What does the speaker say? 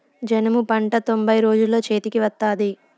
జనుము పంట తొంభై రోజుల్లో చేతికి వత్తాది